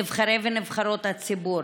נבחרי ונבחרות הציבור.